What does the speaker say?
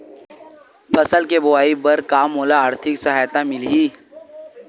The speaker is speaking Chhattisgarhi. फसल के बोआई बर का मोला आर्थिक सहायता मिलही?